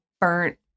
burnt